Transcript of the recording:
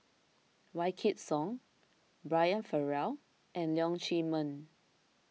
Wykidd Song Brian Farrell and Leong Chee Mun